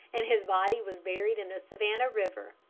and his body was buried in the savannah river.